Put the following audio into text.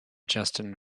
justin